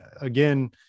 again